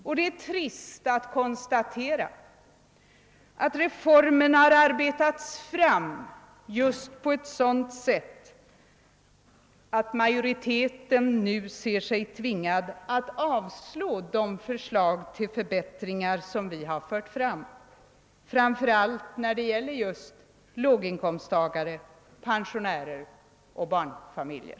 Och det är trist att konstatera att reformen har arbetats fram just på ett sådant sätt att majoriteten nu ser sig tvingad att avslå de förslag till förbättringar som vi fört fram, framför allt när det gäller just låginkomsttagare, pensionärer och barnfamiljer.